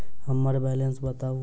हम्मर बैलेंस बताऊ